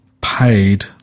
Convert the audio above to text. paid